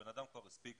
הבן אדם כבר הספיק